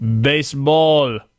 baseball